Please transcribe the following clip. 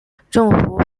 政府